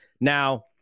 Now